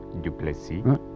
Duplessis